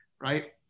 right